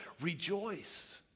rejoice